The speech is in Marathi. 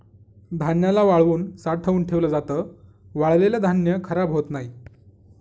धान्याला वाळवून साठवून ठेवल जात, वाळलेल धान्य खराब होत नाही